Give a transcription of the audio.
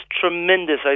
tremendous